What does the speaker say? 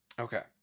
Okay